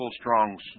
Strong's